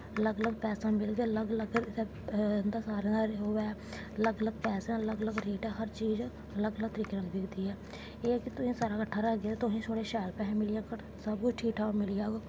अलग अलग पैहा मिलगा अलग अलग इं'दा सारें दा ओह् ऐ अलग अलग पैहा अलग अलग रेट ऐ हर चीज अलग अलग तरके कन्नै बिकदी ऐ एह् ऐ कि तुस सारा कट्ठा रक्खगे ते तुसेंगी शैल पैहै मिली जाङन सब कुछ ठीक ठाक मिली जाह्ग